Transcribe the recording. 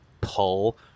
pull